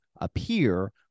appear